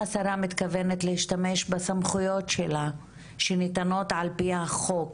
להשתמש בסמכויות שלה שניתנות על פי החוק